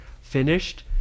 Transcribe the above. finished